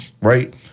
right